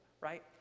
right